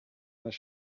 their